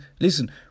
listen